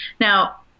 now